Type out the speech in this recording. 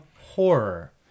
horror